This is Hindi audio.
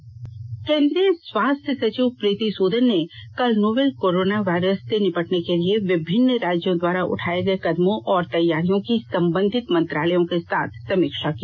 कोरोना वायरस केन्द्रीय स्वास्थ्य सचिव प्रीति सूदन ने कल नोवेल कोरोना वायरस से निपटने के लिए विभिन्न राज्यों द्वारा उठाये गये कदमों और तैयारियों की संबंधित मंत्रालयों के साथ समीक्षा की